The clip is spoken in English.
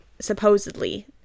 supposedly